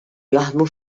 jaħdmu